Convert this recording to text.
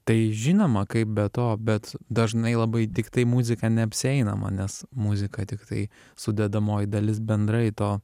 tai žinoma kaip be to bet dažnai labai tiktai muzika neapsieinama nes muzika tiktai sudedamoji dalis bendrai to